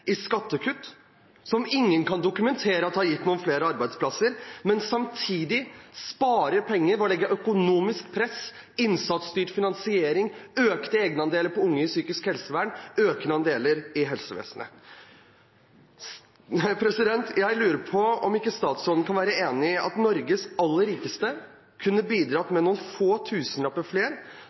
i skattekutt, som ingen kan dokumentere har gitt flere arbeidsplasser, men samtidig sparer penger ved å legge økonomisk press, innsatsstyrt finansiering, økte egenandeler på unge i psykisk helsevern og økte egenandeler i helsevesenet? Jeg lurer på om ikke statsråden kan være enig i at Norges aller rikeste kunne bidratt med noen få